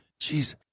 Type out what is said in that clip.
Jeez